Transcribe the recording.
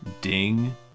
Ding